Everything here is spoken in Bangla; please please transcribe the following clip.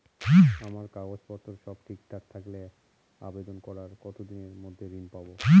আমার কাগজ পত্র সব ঠিকঠাক থাকলে আবেদন করার কতদিনের মধ্যে ঋণ পাব?